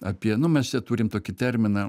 apie nu mes čia turim tokį terminą